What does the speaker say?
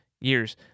years